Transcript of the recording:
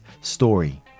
story